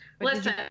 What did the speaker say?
Listen